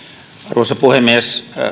arvoisa puhemies